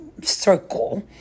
circle